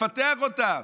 לפתח אותם,